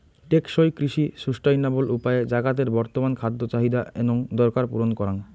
টেকসই কৃষি সুস্টাইনাবল উপায়ে জাগাতের বর্তমান খাদ্য চাহিদা এনং দরকার পূরণ করাং